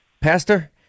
Pastor